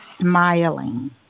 smiling